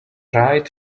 pride